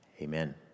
amen